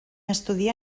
estudia